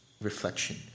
reflection